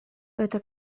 это